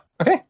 Okay